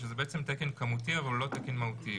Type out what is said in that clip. שזה בעצם תקן כמותי אבל הוא לא תקן מהותי.